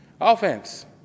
Offense